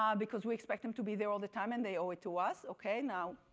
um because we expect them to be there all the time and they owe it to us. okay, now,